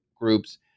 groups